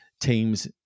teams